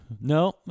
no